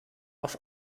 auf